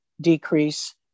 decrease